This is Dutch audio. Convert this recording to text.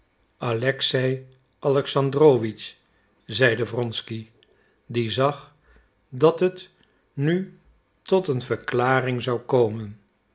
alexei alexandrowitsch zeide wronsky die zag dat het nu tot een verklaring zou komen